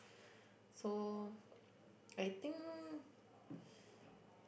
so I think